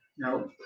No